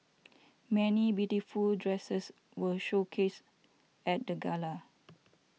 many beautiful dresses were showcased at the gala